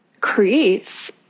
creates